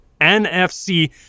NFC